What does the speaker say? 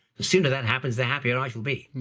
the sooner that happens the happier life will be.